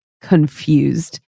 confused